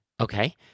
Okay